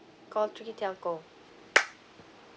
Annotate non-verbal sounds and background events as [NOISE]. call three telco [NOISE]